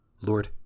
Lord